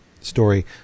story